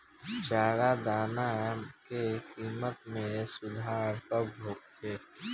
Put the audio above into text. चारा दाना के किमत में सुधार कब होखे?